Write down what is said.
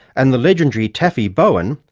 and the legendary taffy bowan,